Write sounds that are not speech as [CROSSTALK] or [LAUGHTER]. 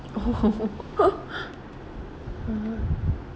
oh [LAUGHS] (uh huh)